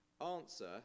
Answer